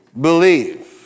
believe